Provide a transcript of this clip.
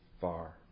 far